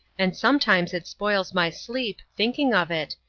and sometimes it spoils my sleep, thinking of it,